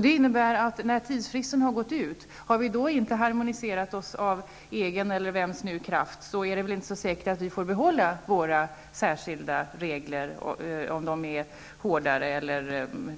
Det innebär att om vi, när tidsfristen har gått ut, inte har harmoniserat oss av egen kraft eller i kraft av vem det nu blir fråga om, är det inte så säkert att vi får behålla våra särskilda regler, om nu dessa exempelvis